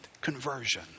Conversion